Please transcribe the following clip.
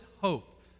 hope